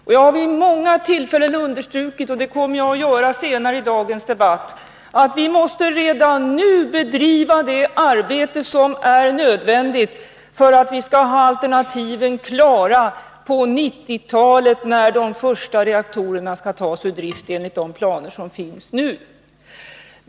Jag har vid många tillfällen understrukit, och det kommer jag att göra senare i dagens debatt, att vi redan nu måste bedriva det arbete som är nödvändigt för att vi skall ha alternativen klara på 1990-talet, när de första reaktorerna skall tas ur drift enligt de planer som finns nu.